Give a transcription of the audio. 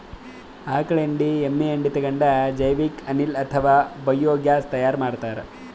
ಆಕಳ್ ಹೆಂಡಿ ಎಮ್ಮಿ ಹೆಂಡಿ ತಗೊಂಡ್ ಜೈವಿಕ್ ಅನಿಲ್ ಅಥವಾ ಬಯೋಗ್ಯಾಸ್ ತೈಯಾರ್ ಮಾಡ್ತಾರ್